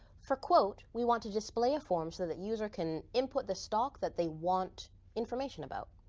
for quote we want to display a form so that user can input the stock that they want information about.